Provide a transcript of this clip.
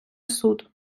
суд